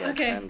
Okay